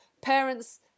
parents